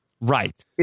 Right